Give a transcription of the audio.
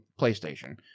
PlayStation